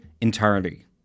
entirely